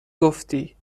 گفتی